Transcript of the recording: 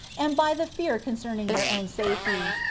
and by the fear concerning their own safety,